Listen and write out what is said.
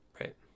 Right